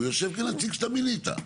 הוא יושב כנציג שאתה מינית.